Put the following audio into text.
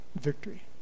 victory